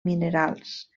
minerals